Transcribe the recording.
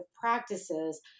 practices